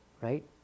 Right